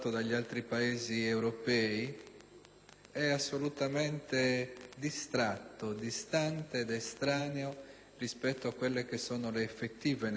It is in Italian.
ed assolutamente distratto, distante ed estraneo rispetto alle effettive necessità del Paese.